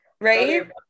Right